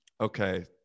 Okay